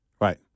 Right